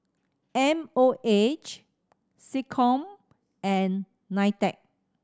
M O H SecCom and NITEC